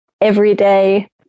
everyday